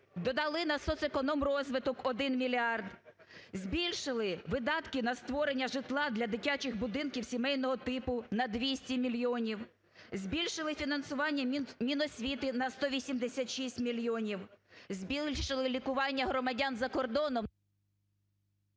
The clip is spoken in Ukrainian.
додали на соцекономрозвиток 1 мільярд, збільшили видатки на створення житла для дитячих будинків сімейного типу на 200 мільйонів, збільшили фінансування Міносвіти на 186 мільйонів, збільшили лікування громадян за кордоном…